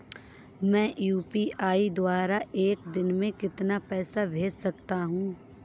मैं यू.पी.आई द्वारा एक दिन में कितना पैसा भेज सकता हूँ?